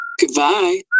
Goodbye